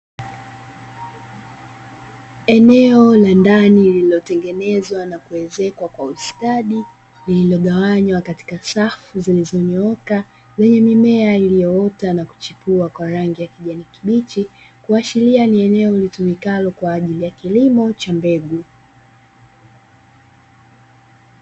Eneo la ndani lililotengenezwa na kuezekwa kwa ustadi, lililogawanywa katika safu zilizonyooka lenye mimea iliyoota na kuchipua kwa rangi ya kijani kibichi, kuashiria ni eneo litumikalo kwa ajili ya kilimo cha mbegu.